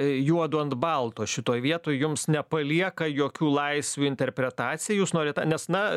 juodu ant balto šitoj vietoj jums nepalieka jokių laisvių interpretacijai jūs norit nes na